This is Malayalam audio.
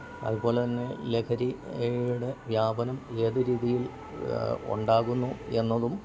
അതുപോലെ തന്നെ ലഹരി യുടെ വ്യാപനം ഏത് രീതിയിൽ ഉണ്ടാകുന്നു എന്നതും